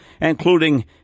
including